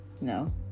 No